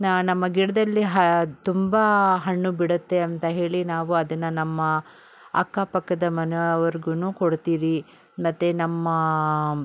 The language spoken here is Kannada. ನಮ್ಮ ಗಿಡದಲ್ಲಿ ಹ ತುಂಬ ಹಣ್ಣು ಬಿಡುತ್ತೆ ಅಂತ ಹೇಳಿ ನಾವು ಅದನ್ನು ನಮ್ಮ ಅಕ್ಕಪಕ್ಕದ ಮನೆಯವರಿಗೂನು ಕೊಡುತ್ತೀರಿ ಮತ್ತು ನಮ್ಮ